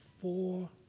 four